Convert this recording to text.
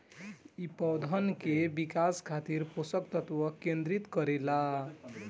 इ पौधन के विकास खातिर पोषक तत्व केंद्रित करे ला